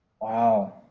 Wow